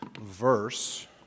verse